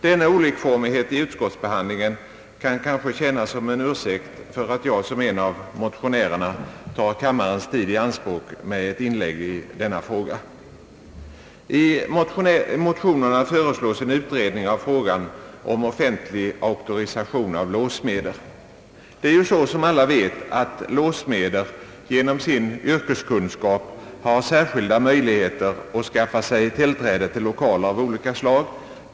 Denna olikformighet i utskottsbehandlingen kan kanske tjäna som ursäkt för att jag såsom en av motionärerna tar kammarens tid i anspråk med ett inlägg i denna fråga. I motionerna föreslås en utredning av frågan om offentlig auktorisation av låssmeder. Det är ju så, som alla vet, att låssmeder genom sin yrkeskunskap har särskilda möjligheter att skaffa sig tillträde till lokaler av olika slag.